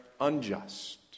unjust